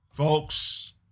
Folks